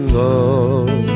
love